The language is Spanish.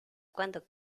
cuando